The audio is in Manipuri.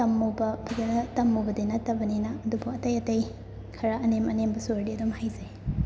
ꯇꯝꯃꯨꯕ ꯐꯖꯅ ꯇꯝꯃꯨꯕꯗꯤ ꯅꯠꯇꯕꯅꯤꯅ ꯑꯗꯨꯕꯨ ꯑꯇꯩ ꯑꯇꯩ ꯈꯔ ꯑꯅꯦꯝ ꯑꯅꯦꯝꯕ ꯁꯨꯔꯗꯤ ꯑꯗꯨꯝ ꯍꯩꯖꯩ